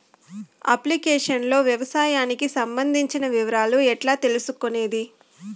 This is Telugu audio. అప్లికేషన్ లో వ్యవసాయానికి సంబంధించిన వివరాలు ఎట్లా తెలుసుకొనేది?